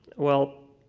well.